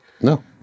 No